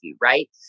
right